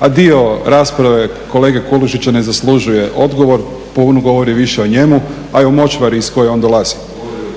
A dio rasprave kolege Kulušića ne zaslužuje odgovor, puno govori više o njemu, a i močvari iz koje on dolazi. Što